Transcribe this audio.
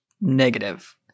Negative